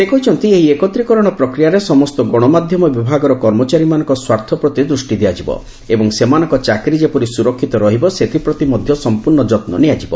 ସେ କହିଛନ୍ତି ଏହି ଏକତ୍ରିକରଣ ପ୍ରକ୍ରିୟାରେ ସମସ୍ତ ଗଣମାଧ୍ୟମ ବିଭାଗର କର୍ମଚାରୀମାନଙ୍କ ସ୍ୱାର୍ଥପ୍ରତି ଦୃଷ୍ଟି ଦିଆଯିବ ଏବଂ ସେମାନଙ୍କ ଚାକିରି ଯେପରି ସୁରକ୍ଷିତ ରହିବ ସେଥିପ୍ରତି ମଧ୍ୟ ସମ୍ପର୍ଣ୍ଣ ଯତ୍ନ ନିଆଯିବ